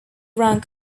rank